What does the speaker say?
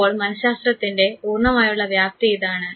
അപ്പോൾ മനഃശാസ്ത്രത്തിൻറെ പൂർണ്ണമായുള്ള വ്യാപ്തി ഇതാണ്